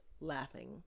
laughing